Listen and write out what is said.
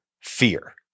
fear